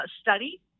study